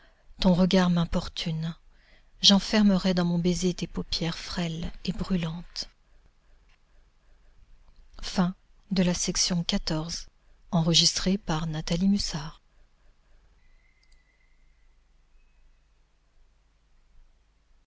ton regard m'importune j'enfermerai dans mon baiser tes paupières frêles et brûlantes